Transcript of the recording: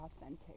authentic